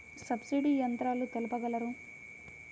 Subsidy యంత్రాలు తెలుపగలరు?